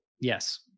yes